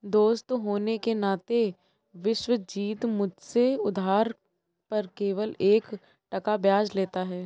दोस्त होने के नाते विश्वजीत मुझसे उधार पर केवल एक टका ब्याज लेता है